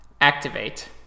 activate